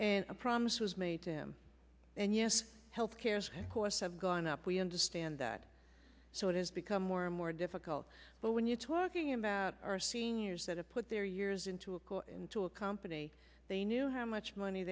and a promise was made to him and yes health care costs have gone up we understand that so it has become more and more difficult but when you're talking about our seniors that have put their years into a call into a company they knew how much money